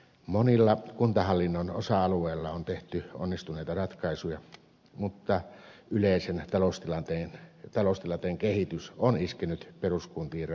monilla kuntahallinnon osa alueilla on tehty onnistuneita ratkaisuja mutta yleisen taloustilanteen kehitys on iskenyt peruskuntiin rajusti